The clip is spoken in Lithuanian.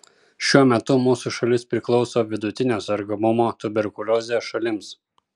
šiuo metu mūsų šalis priklauso vidutinio sergamumo tuberkulioze šalims